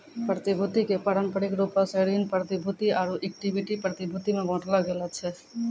प्रतिभूति के पारंपरिक रूपो से ऋण प्रतिभूति आरु इक्विटी प्रतिभूति मे बांटलो गेलो छै